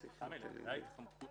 תמי, לגבי ההתחמקות